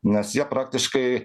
nes jie praktiškai